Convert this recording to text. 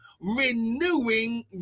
renewing